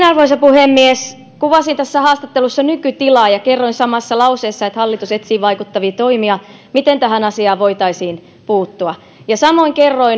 arvoisa puhemies kuvasin tässä haastattelussa nykytilaa ja kerroin samassa lauseessa että hallitus etsii vaikuttavia toimia miten tähän asiaan voitaisiin puuttua samoin kerroin